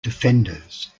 defenders